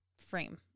frame